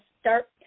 start